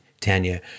Tanya